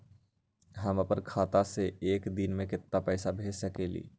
हम अपना खाता से एक दिन में केतना पैसा भेज सकेली?